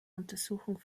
untersuchung